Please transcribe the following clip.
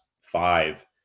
five